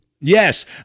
Yes